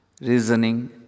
reasoning